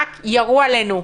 רק ירו עלינו: